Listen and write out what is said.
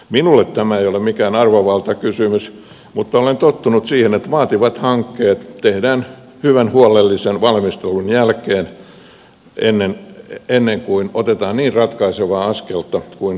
minulle tämä ei ole mikään arvovaltakysymys mutta olen tottunut siihen että vaativat hankkeet tehdään hyvän huolellisen valmistelun jälkeen ennen kuin otetaan niin ratkaisevaa askelta kuin nyt on kyseessä